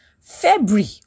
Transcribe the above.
February